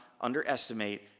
underestimate